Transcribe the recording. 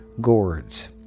gourds